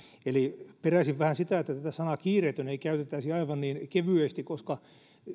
eli peräisin vähän sitä että tätä sanaa kiireetön ei käytettäisi aivan niin kevyesti koska